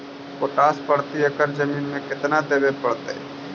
Potash प्रति एकड़ जमीन में केतना देबे पड़तै?